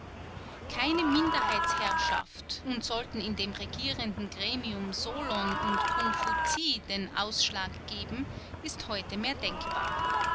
keine minderheitsherrschaft und sollten in dem regierenden gremium solon und kungfutie den ausschlag geben ist heute mehr denkbar